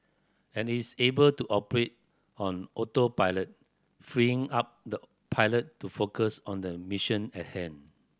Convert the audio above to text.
and it's able to operate on autopilot freeing up the pilot to focus on the mission at hand